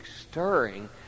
stirring